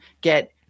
get